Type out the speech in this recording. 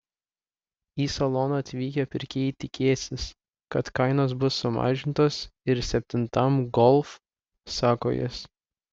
į saloną atvykę pirkėjai tikėsis kad kainos bus sumažintos ir septintam golf sako jis